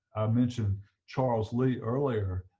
mentioned charles lee earlier,